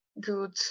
good